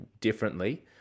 differently